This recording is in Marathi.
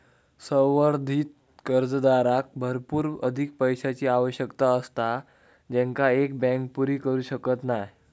संवर्धित कर्जदाराक भरपूर अधिक पैशाची आवश्यकता असता जेंका एक बँक पुरी करू शकत नाय